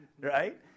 Right